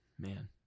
man